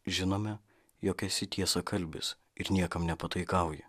žinome jog esi tiesakalbis ir niekam nepataikauji